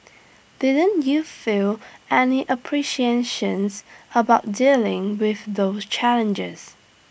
didn't you feel any appreciations about dealing with those challenges